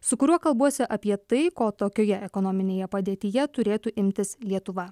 su kuriuo kalbuosi apie tai ko tokioje ekonominėje padėtyje turėtų imtis lietuva